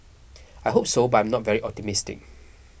I hope so but I am not very optimistic